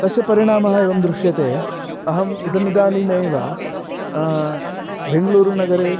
तस्य परिणामः एवं दृश्यते अहम् इदमिदानीमेव बेङ्ग्ळूरुनगरे